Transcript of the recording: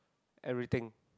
everything